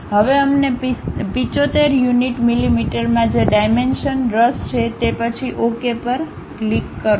હવે અમને 75 યુનિટ મીમીમાં જે ડાઇમેંશનરસ છે તે પછી ઓકે પર ક્લિક કરો